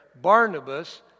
Barnabas